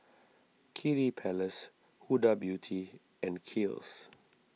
Kiddy Palace Huda Beauty and Kiehl's